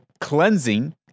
cleansing